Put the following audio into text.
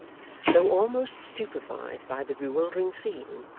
though almost stupefied by the bewildering scene,